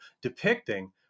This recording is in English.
depicting